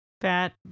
fat